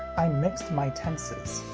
i mixed my tenses